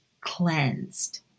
cleansed